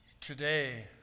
Today